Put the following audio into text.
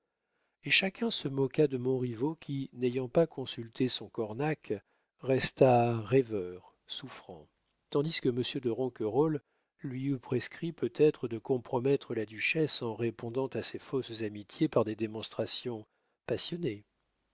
et chacun se moqua de montriveau qui n'ayant pas consulté son cornac resta rêveur souffrant tandis que monsieur de ronquerolles lui eût prescrit peut-être de compromettre la duchesse en répondant à ses fausses amitiés par des démonstrations passionnées